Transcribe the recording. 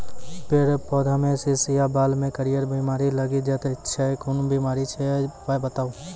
फेर पौधामें शीश या बाल मे करियर बिमारी लागि जाति छै कून बिमारी छियै, उपाय बताऊ?